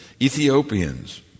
Ethiopians